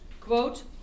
Quote